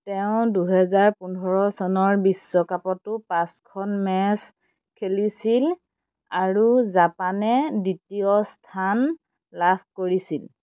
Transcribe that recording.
তেওঁ দুহেজাৰ পোন্ধৰ চনৰ বিশ্বকাপতো পাঁচখন মেচ খেলিছিল আৰু জাপানে দ্বিতীয় স্থান লাভ কৰিছিল